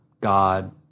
God